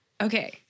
Okay